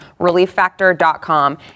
relieffactor.com